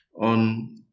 on